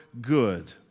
good